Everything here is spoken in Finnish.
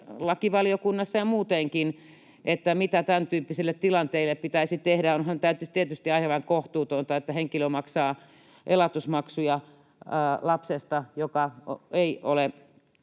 lakivaliokunnassa ja muutenkin keskustelua siitä, mitä tämäntyyppisille tilanteille pitäisi tehdä. Onhan tämä nyt tietysti aivan kohtuutonta, että henkilö maksaa elatusmaksuja lapsesta, joka ei ole